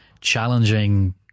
challenging